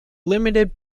limited